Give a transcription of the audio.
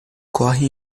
corre